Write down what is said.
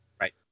right